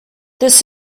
this